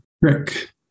Rick